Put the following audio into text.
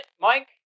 Mike